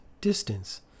distance